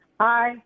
Hi